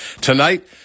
Tonight